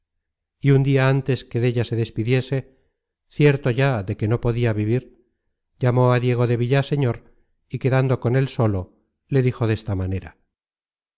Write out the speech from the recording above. y un dia ántes que della se despidiese cierto ya de que no podia vivir llamó á diego de villaseñor y quedándose con él solo le dijo de esta manera